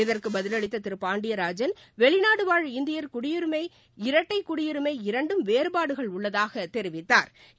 இதற்கு திரு பாண்டியராஜன் வெளிநாடுவாழ் இந்தியர் குடியுரிமை இரட்டைக் குடியுரினம் இரண்டும் வேறுபாடுகள் உள்ளதாகத் தெரிவித்தாா்